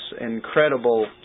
incredible